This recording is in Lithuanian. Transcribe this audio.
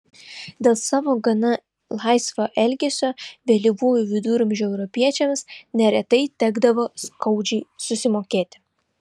dėl savo gana laisvo elgesio vėlyvųjų viduramžių europiečiams neretai tekdavo skaudžiai susimokėti